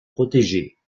protégées